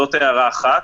זאת הערה אחת.